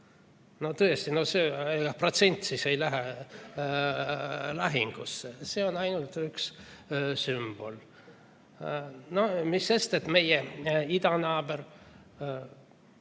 Tõesti, ega see protsent siis ei lähe lahingusse, see on ainult üks sümbol. Mis sest, et meie idanaaber